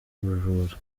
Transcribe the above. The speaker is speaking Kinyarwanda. bujura